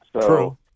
True